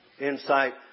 insight